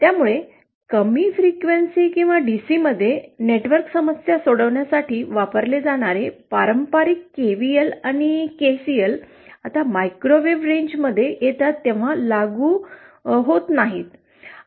त्यामुळे कमी वारंवारता किंवा डीसी मध्ये नेटवर्क समस्या सोडवण्यासाठी वापरले जाणारे पारंपरिक केव्हीएल आणि केसीएल आता मायक्रोवेव्ह रेंजमध्ये येतात तेव्हा लागू ते होत नाहीत